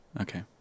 Okay